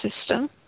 system